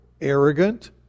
arrogant